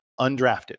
undrafted